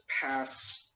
pass